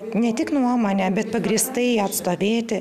ne tik nuomonę bet pagrįstai ją atstovėti